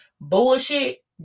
bullshit